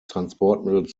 transportmittel